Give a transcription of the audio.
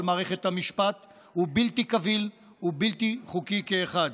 מערכת המשפט הוא בלתי קביל ובלתי חוקי כאחד.